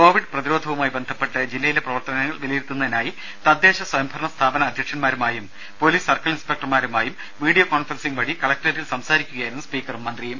Covid പ്രതിരോധവുമായി ബന്ധപ്പെട്ട് ജില്ലയിലെ പ്രവർത്തനങ്ങൾ വിലയിരുത്തുന്നതിനായി തദ്ദേശ സ്വയംഭരണ സ്ഥാപന അധ്യക്ഷരുമായും പൊലീസ് ഇൻസ്പെക്ടർമാരുമായും വീഡിയോ സർക്കിൾ കോൺഫറൻസിംഗ് വഴി കലക്ടറേറ്റിൽ സംസാരിക്കുകയായിരുന്നു സ്പീക്കറും മന്ത്രിയും